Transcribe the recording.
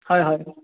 হয় হয়